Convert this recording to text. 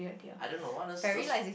I don't know one of those those